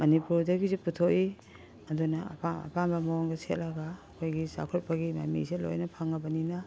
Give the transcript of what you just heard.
ꯃꯅꯤꯄꯨꯔꯗꯒꯤꯁꯨ ꯄꯨꯊꯣꯛꯏ ꯑꯗꯨꯅ ꯑꯄꯥꯝ ꯑꯄꯥꯝꯕ ꯃꯑꯣꯡꯗ ꯁꯦꯠꯂꯒ ꯑꯩꯈꯣꯏꯒꯤ ꯆꯥꯎꯈꯠꯄꯒꯤ ꯃꯃꯤꯁꯤ ꯂꯣꯏꯅ ꯐꯪꯉꯕꯅꯤꯅ